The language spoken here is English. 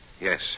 Yes